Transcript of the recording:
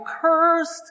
cursed